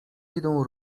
idą